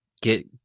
get